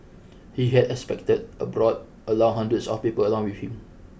he had expected a brought along hundreds of people along with him